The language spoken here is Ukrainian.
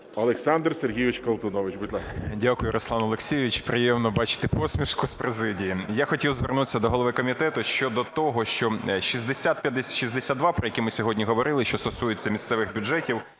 Олександр Сергійович Колтунович, будь ласка. 11:14:53 КОЛТУНОВИЧ О.С. Дякую, Руслан Олексійович. Приємно бачити посмішку з президії. Я хотів звернутися до голови комітету щодо того, що 6062, про який ми сьогодні говорили, що стосується місцевих бюджетів,